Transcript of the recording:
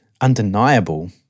undeniable